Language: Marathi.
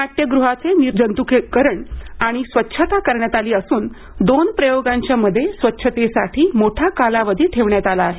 नाट्यगृहाचे निर्जंत्रकीकरण आणि स्वच्छता करण्यात आली असून दोन प्रयोगांच्या मध्ये स्वच्छतेसाठी मोठा कालावधी ठेवण्यात आला आहे